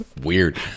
weird